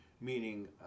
meaning